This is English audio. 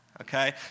Okay